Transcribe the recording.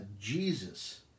Jesus